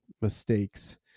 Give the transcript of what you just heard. mistakes